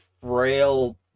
frail